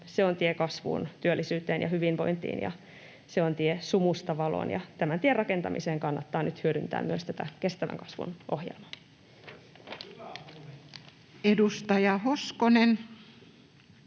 Se on tie kasvuun, työllisyyteen ja hyvinvointiin, ja se on tie sumusta valoon, ja tämän tien rakentamiseen kannattaa nyt hyödyntää myös tätä kestävän kasvun ohjelmaa. [Speech